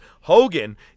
Hogan